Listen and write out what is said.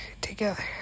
together